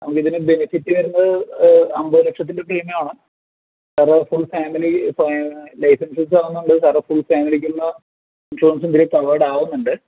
അതുകൊണ്ടിതിന് benefit വരുന്നത് അമ്പതു ലക്ഷത്തിൻ്റെ പ്രീമിയമാണ് അത് ഫുൾ ഫാമിലി ഇപ്പോൾ ലൈസെൻസെസും ആവുന്നുണ്ട് സാറെ ഫുൾ ഫാമിലിക്കുള്ള ഇൻഷുറൻസും ഇതിൽ കാവേർഡാവുന്നുണ്ട്